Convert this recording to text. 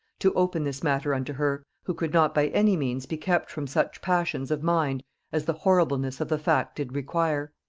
to open this matter unto her, who could not by any means be kept from such passions of mind as the horribleness of the fact did require.